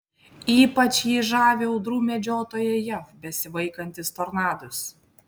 ypač jį žavi audrų medžiotojai jav besivaikantys tornadus